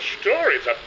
stories